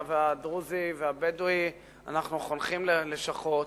הדרוזי והבדואי אנחנו חונכים לשכות,